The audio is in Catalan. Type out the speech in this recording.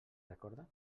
recorda